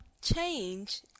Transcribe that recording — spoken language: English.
change